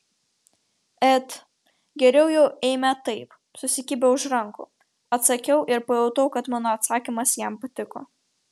et geriau jau eime taip susikibę už rankų atsakiau ir pajutau kad mano atsakymas jam patiko